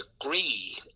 agree